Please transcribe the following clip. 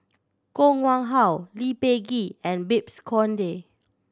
Koh Nguang How Lee Peh Gee and Babes Conde